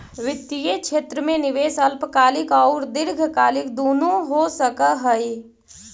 वित्तीय क्षेत्र में निवेश अल्पकालिक औउर दीर्घकालिक दुनो हो सकऽ हई